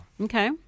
Okay